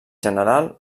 general